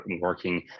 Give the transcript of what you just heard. working